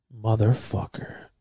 Motherfucker